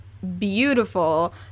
beautiful